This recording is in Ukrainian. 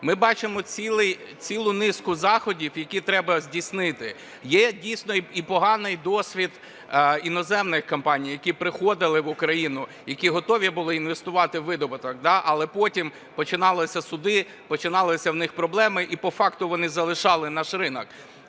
Ми бачимо цілу низку заходів, які треба здійснити. Є дійсно і поганий досвід іноземних компаній, які приходили в Україну, які готові були інвестувати у видобуток, але потім починалися суди, починалися у них проблеми, і по факту вони залишали наш ринок.